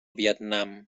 vietnam